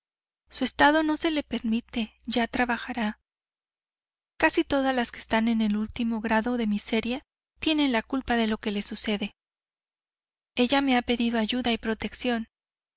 su estado no se lo permite ya trabajará casi todas las que están en el último grado de miseria tienen la culpa de lo que les sucede ella me ha pedido ayuda y protección